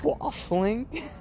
waffling